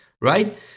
right